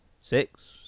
six